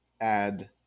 add